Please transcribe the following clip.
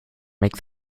make